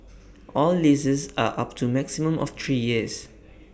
all leases are up to maximum of three years